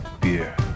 Beer